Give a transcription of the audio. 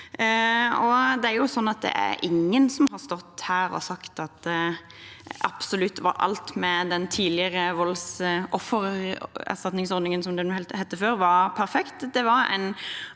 Det er ingen som har stått her og sagt at absolutt alt med den tidligere voldsoffererstatningsordningen, som den het